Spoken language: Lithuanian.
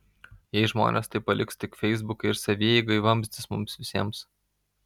jei žmonės tai paliks tik feisbukui ir savieigai vamzdis mums visiems